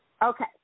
Okay